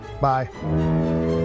Bye